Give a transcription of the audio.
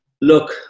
look